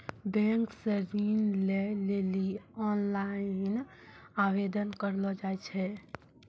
bank से ऋण लै लेली ओनलाइन आवेदन करलो जाय छै